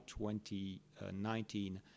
2019